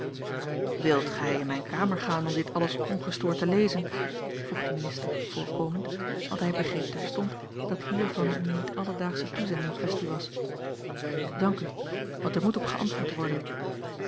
wilt gij in mijne kamer gaan om dit alles ongestoord te lezen vroeg de minister voorkomend want hij begreep terstond dat hier van eene niet alledaagsche toezending kwestie was dank u want er moet op geantwoord worden